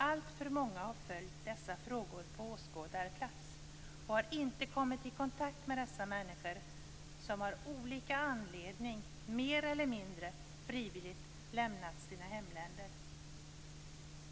Alltför många har följt dessa frågor på åskådarplats och har inte kommit i kontakt med dessa människor som av olika anledning, mer eller mindre frivilligt, har lämnat sina hemländer.